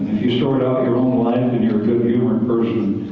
you sorted out your own life and you're a good humored person,